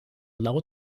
laut